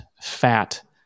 fat